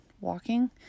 walking